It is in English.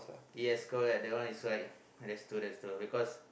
yes correct that one is right that's true that's true because